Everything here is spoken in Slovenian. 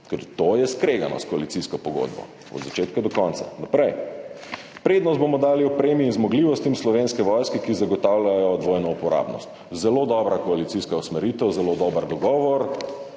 To je skregano s koalicijsko pogodbo od začetka do konca. Naprej. Prednost bomo dali opremi in zmogljivostim Slovenske vojske, ki zagotavljajo dvojno uporabnost. Zelo dobra koalicijska usmeritev, zelo dober dogovor.